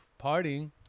partying